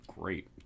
great